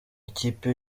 ikipe